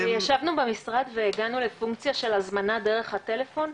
ישבנו במשרד והגענו לפונקציה של הזמנה דרך הטלפון,